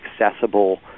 accessible